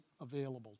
available